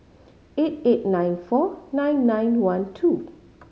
eight eight nine four nine nine one two